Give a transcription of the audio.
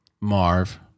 Marv